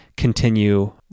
continue